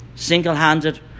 Single-handed